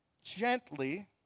gently